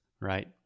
right